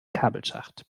kabelschacht